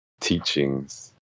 teachings